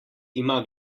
ima